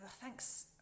thanks